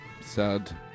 sad